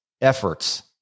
efforts